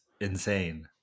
insane